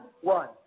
one